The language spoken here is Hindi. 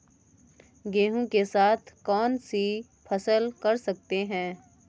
गेहूँ के साथ कौनसी फसल कर सकते हैं?